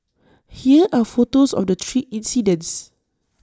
here are photos of the three incidents